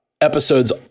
episodes